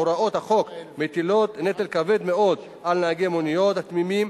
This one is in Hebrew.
הוראות החוק מטילות נטל כבד מאוד על נהגי מוניות תמימים,